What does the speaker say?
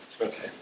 Okay